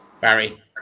Barry